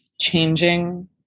changing